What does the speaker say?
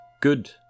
good